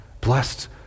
blessed